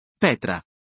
Petra